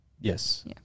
Yes